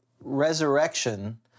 resurrection